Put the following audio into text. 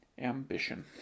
Ambition